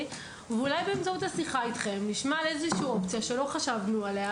ואולי באמצעות השיחה איתכם גם נשמע על איזה שהוא אופציה שלא חשבנו עליה,